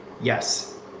Yes